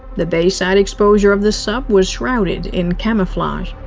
the bayside exposure of the sub was shrouded in camouflage.